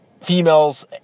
females